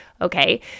okay